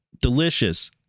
delicious